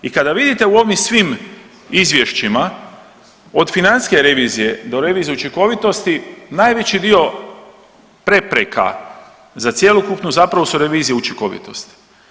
I kada vidite u ovim svim izvješćima od financijske revizije do revizije učinkovitosti najveći dio prepreka za cjelokupnu su zapravo revizije učinkovitosti.